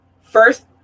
First